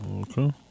Okay